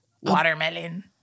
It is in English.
Watermelon